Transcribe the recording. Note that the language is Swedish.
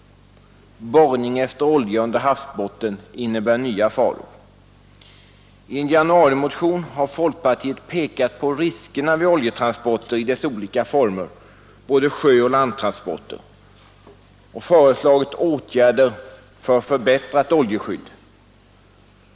Borrning efter olja under havsbottnen innebär nya faror. I en januarimotion har folkpartiet pekat på riskerna vid oljetransporter i deras olika former — både sjöoch landtransporter — och föreslagit åtgärder för förbättrat oljeskydd.